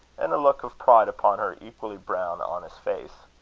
and a look of pride upon her equally brown honest face.